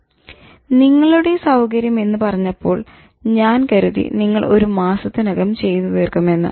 "നിങ്ങളുടെ സൌകര്യം" എന്ന് പറഞ്ഞപ്പോൾ ഞാൻ കരുതി നിങ്ങൾ ഒരു മാസത്തിനകം ചെയ്ത് തീർക്കുമെന്ന്